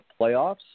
playoffs